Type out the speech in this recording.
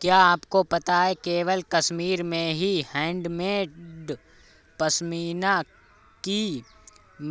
क्या आपको पता है केवल कश्मीर में ही हैंडमेड पश्मीना की